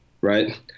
right